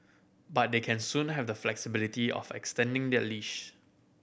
but they can soon have the flexibility of extending their lease